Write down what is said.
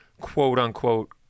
quote-unquote